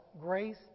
grace